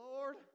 Lord